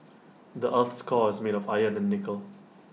the Earth's core is made of iron and nickel